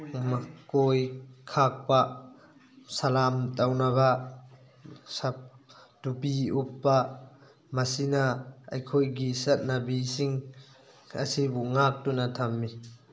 ꯃꯀꯣꯏ ꯈꯥꯛꯄ ꯁꯂꯥꯝ ꯇꯧꯅꯕ ꯇꯨꯄꯤ ꯎꯞꯄ ꯃꯁꯤꯅ ꯑꯩꯈꯣꯏꯒꯤ ꯆꯠꯅꯕꯤꯁꯤꯡ ꯑꯁꯤꯕꯨ ꯉꯥꯛꯇꯨꯅ ꯊꯝꯃꯤ